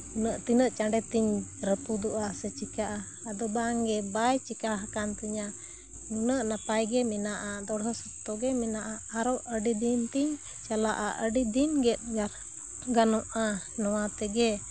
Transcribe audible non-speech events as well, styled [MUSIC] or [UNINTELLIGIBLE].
ᱱᱩᱱᱟᱹᱜ ᱛᱤᱱᱟᱹᱜ ᱪᱟᱬᱮ ᱛᱤᱧ ᱨᱟᱯᱩᱫᱚᱜᱼᱟ ᱥᱮᱧ ᱪᱤᱠᱟᱹᱜᱼᱟ ᱟᱫᱚ ᱵᱟᱝ ᱜᱮ ᱵᱟᱭ ᱪᱤᱠᱟᱹ ᱦᱟᱠᱟᱱ ᱛᱤᱧᱟᱹ ᱱᱩᱱᱟᱹᱜ ᱱᱟᱯᱟᱭ ᱜᱮ ᱢᱮᱱᱟᱜᱼᱟ ᱫᱚᱲᱦᱚ ᱥᱚᱠᱛᱚᱜᱮ ᱢᱮᱱᱟᱜᱼᱟ ᱟᱨᱚ ᱟᱹᱰᱤᱫᱤᱱ ᱛᱤᱱ ᱪᱟᱞᱟᱜᱼᱟ ᱟᱹᱰᱤ ᱫᱤᱱ ᱜᱮ [UNINTELLIGIBLE] ᱜᱟᱱᱚᱜᱼᱟ ᱱᱚᱣᱟ ᱛᱮᱜᱮ